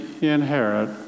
inherit